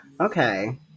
okay